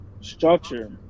structure